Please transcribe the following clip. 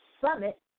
summit